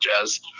Jazz